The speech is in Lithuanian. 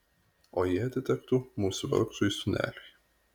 o jei jie atitektų mūsų vargšui sūneliui